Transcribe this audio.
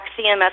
CMS